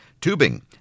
tubing